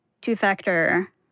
two-factor